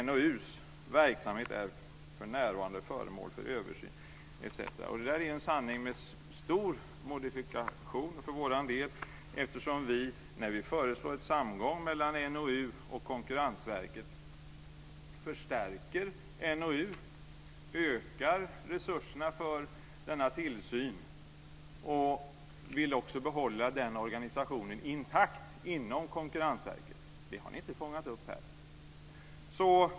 NOU:s verksamhet är för närvarande föremål för översyn." Vi menar för vår del att detta är en sanning med stor modifikation eftersom vi när vi föreslår ett samgående mellan NOU och Konkurrensverket vill förstärka NOU, öka resurserna för denna tillsyn och även behålla organisationen för denna intakt inom Konkurrensverket. Detta har ni inte fångat upp här.